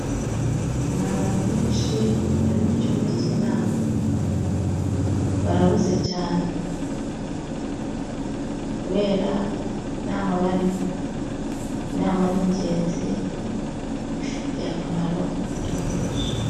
Ni abantu benshi bari mu cyumba k'inama barahuze cyane kubera inama barimo, inama ni ingenziifitiye akaro imbaga nyamwinshi.